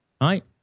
Right